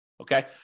Okay